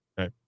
Okay